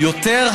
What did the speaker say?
יותר,